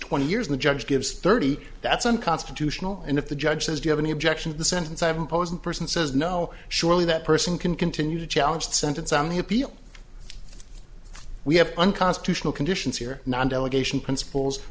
twenty years the judge gives thirty that's unconstitutional and if the judge says you have any objection the sentence i have imposed the person says no surely that person can continue to challenge the sentence on the appeal we have unconstitutional conditions here not delegation principles